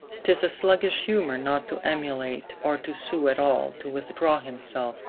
tis a sluggish humour not to emulate or to sue at all, to withdraw himself,